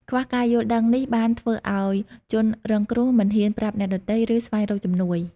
ខ្វះការយល់ដឹងនេះបានធ្វើឱ្យជនរងគ្រោះមិនហ៊ានប្រាប់អ្នកដទៃ ឬស្វែងរកជំនួយ។